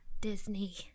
Disney